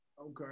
Okay